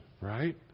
right